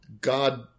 God